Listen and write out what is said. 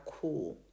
cool